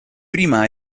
prima